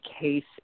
case